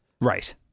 right